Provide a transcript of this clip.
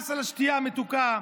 מס על השתייה המתוקה,